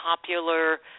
popular